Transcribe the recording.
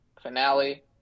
finale